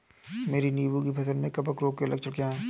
मेरी नींबू की फसल में कवक रोग के लक्षण क्या है?